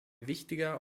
wichtiger